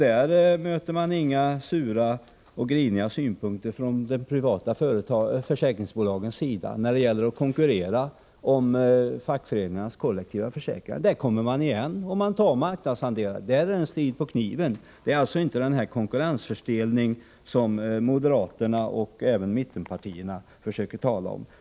Där framförs inga sura och griniga synpunkter från de privata försäkringsbolagen när de konkurrerar om fackföreningarnas kollektiva försäkringar. Där kommer mani stället igen och tar marknadsandelar. Det är alltså en strid på kniven. Det är inte fråga om den konkurrensförstelning som moderaterna och även mittenpartierna talar om.